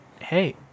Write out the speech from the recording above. hey